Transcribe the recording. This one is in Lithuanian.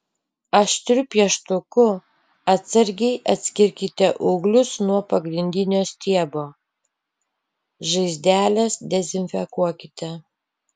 aštriu pieštuku atsargiai atskirkite ūglius nuo pagrindinio stiebo žaizdeles dezinfekuokite